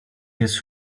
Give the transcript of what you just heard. jest